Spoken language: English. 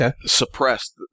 suppressed